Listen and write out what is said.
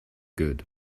good